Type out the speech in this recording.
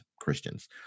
Christians